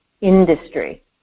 industry